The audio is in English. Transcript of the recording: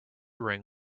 ring